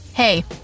Hey